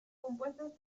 compuestas